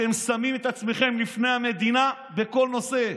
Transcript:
אתם שמים את עצמכם לפני המדינה בכל נושא.